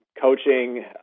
coaching